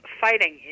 fighting